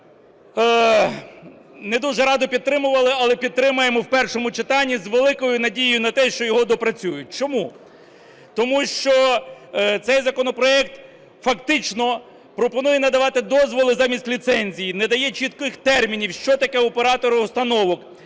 не дуже радо підтримували, але підтримаємо в першому читанні з великою надією на те, що його доопрацюють. Чому? Тому що цей законопроект фактично пропонує надавати дозволи замість ліцензій, не дає чітких термінів, що таке "оператор установок".